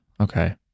Okay